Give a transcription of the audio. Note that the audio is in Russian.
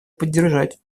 поддержать